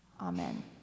Amen